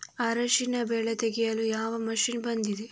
ಅರಿಶಿನ ಬೆಳೆ ತೆಗೆಯಲು ಯಾವ ಮಷೀನ್ ಬಂದಿದೆ?